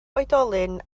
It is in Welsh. oedolyn